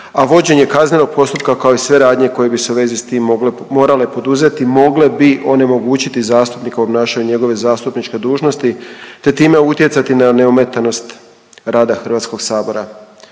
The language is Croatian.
a vođenje kaznenog postupka kao i sve radnje koje bi se u vezi s tim morale poduzeti mogle bi onemogućiti zastupnika u obnašanju njegove zastupničke dužnosti, te time utjecati na neometanost rada HS.